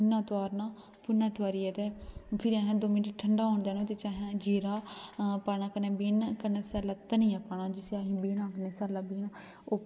भुंञां तोआरना ते भुंञां तोआरियै ते फिर असें दो मिंट ठंडा होन देना ते ओह्दे बिच जीरा ब्यून ते कन्नै सैल्ला धनिया पाना ते जिसी अस आक्खने सैल्ला ब्यून